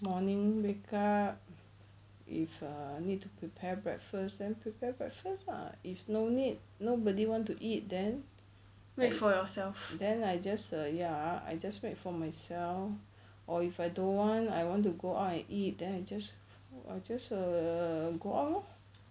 morning wake up if err need to prepare breakfast then prepare breakfast lah if no need nobody want to eat then then I just err ya I just make for myself or if I don't want I want to go out and eat then I just just err go out lor